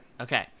Okay